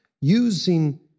using